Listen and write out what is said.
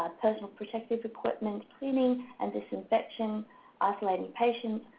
ah personal protective equipment, cleaning and disinfecting, isolating patients,